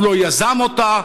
הוא לא יזם אותה,